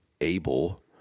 able